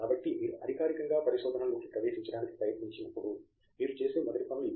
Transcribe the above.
కాబట్టి మీరు అధికారికంగా పరిశోధన లోకి ప్రవేశించడానికి ప్రయత్నించినప్పుడు మీరు చేసే మొదటి పనులు ఇవే